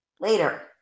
Later